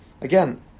Again